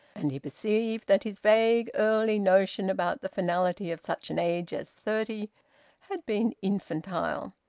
and he perceived that his vague early notion about the finality of such an age as thirty had been infantile.